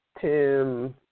Tim